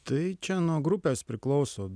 tai čia nuo grupės priklauso